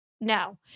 No